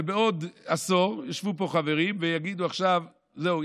ובעוד עשור ישבו פה חברים ויגידו: עכשיו זהו,